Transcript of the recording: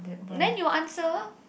then you answer